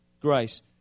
grace